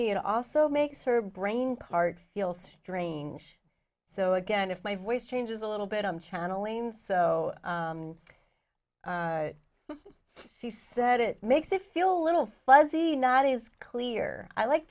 me it also makes her brain part feel strange so again if my voice changes a little bit i'm channeling so she said it makes it feel little fuzzy not is clear i like